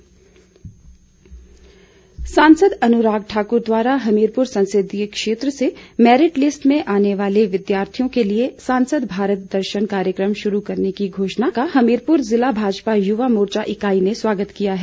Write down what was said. भारत दर्शन सांसद अनुराग ठाकुर द्वारा हमीरपुर संसदीय क्षेत्र से मैरिट लिस्ट में आने वाले विद्यार्थियों के लिए सांसद भारत दर्शन कार्यक्रम शुरू करने की घोषणा का हमीरपुर जिला भाजपा युवा मोर्चा इकाई ने स्वागत किया है